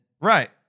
right